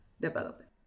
development